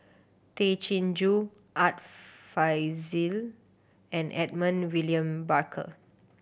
Tay Chin Joo Art Fazil and Edmund William Barker